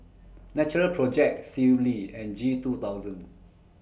Natural Project Sealy and G two thousand